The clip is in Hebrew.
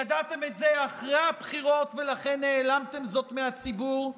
ידעתם את זה אחרי הבחירות ולכן העלמתם זאת מהציבור,